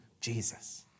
Jesus